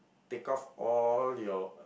take off all your